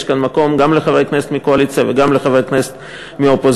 יש כאן מקום גם לחברי כנסת מהקואליציה וגם לחברי כנסת מהאופוזיציה,